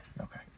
okay